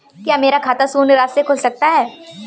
क्या मेरा खाता शून्य राशि से खुल सकता है?